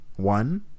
One